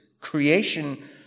creation